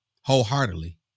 wholeheartedly